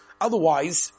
Otherwise